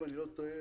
אם אני לא טועה,